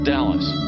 Dallas